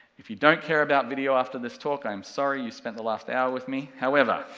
if you don't care about video after this talk i am sorry you spent the last hour with me, however,